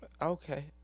okay